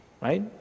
Right